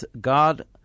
God